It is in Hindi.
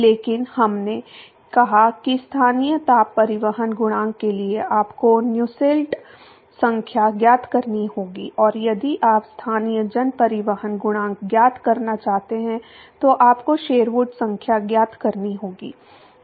लेकिन हमने कहा कि स्थानीय ताप परिवहन गुणांक के लिए आपको नुसेल्ट संख्या ज्ञात करनी होगी और यदि आप स्थानीय जन परिवहन गुणांक ज्ञात करना चाहते हैं तो आपको शेरवुड संख्या ज्ञात करनी होगी